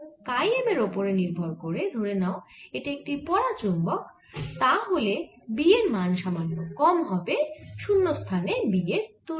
কাই M এর ওপরে নির্ভর করে ধরে নাও এটি একটি পরাচুম্বক তাহলে B এর মান সামান্য কম হবে শুন্যস্থানের B এর তুলনায়